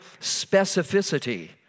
specificity